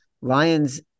Lions